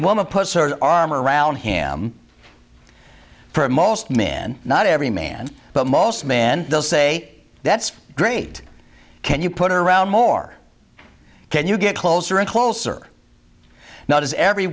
woman puts her arm around him for most men not every man but most men will say that's great can you put around more can you get closer and closer now does every